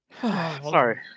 Sorry